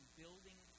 building